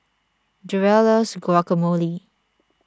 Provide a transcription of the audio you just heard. Durell loves Guacamole